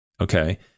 okay